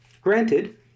Granted